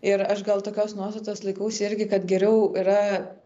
ir aš gal tokios nuostatos laikausi irgi kad geriau yra